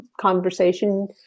conversation